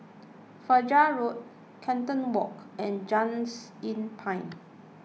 Fajar Road Carlton Walk and Just Inn Pine